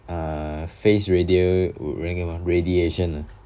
ah face radio~ radiation ah